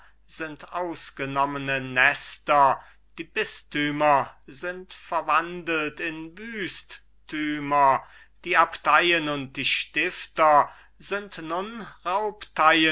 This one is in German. sind ausgenommene nester die bistümer sind verwandelt in wüsttümer die abteien und die stifter sind nun